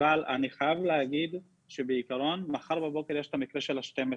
אני חייב להגיד שבעיקרון מחר בבוקר יש את המקרה ה-12,